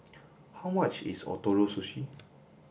how much is Ootoro Sushi